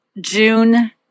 June